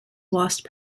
lost